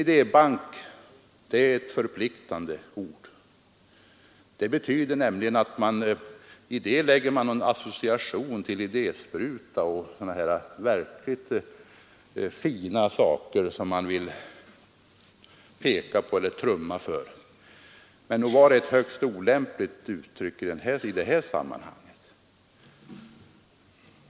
Idébank är ett förpliktande ord — i det lägger man in någon association till idéspruta och sådana där verkligt fina saker som man vill trumma för. Nog var det ett högst olämpligt uttryck i det här sammanhanget.